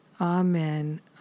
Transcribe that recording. amen